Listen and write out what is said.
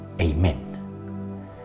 Amen